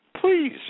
Please